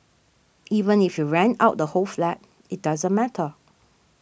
even if you rent out the whole flat it doesn't matter